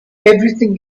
everything